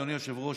אדוני היושב-ראש,